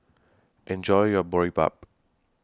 Enjoy your Boribap